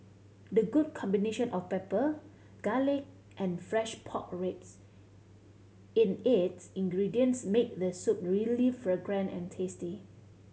the good combination of pepper garlic and fresh pork ribs in its ingredients make the soup really fragrant and tasty